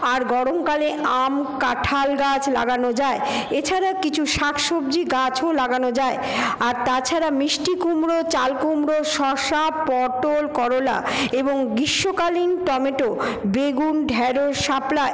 আর গরমকালে আম কাঁঠাল গাছ লাগানো যায় এছাড়া কিছু শাকসবজি গাছও লাগানো যায় আর তাছাড়া মিষ্টি কুমড়ো চালকুমড়ো শসা পটল করলা এবং গ্রীষ্মকালীন টমেটো বেগুন ঢ্যাঁড়স শাপলা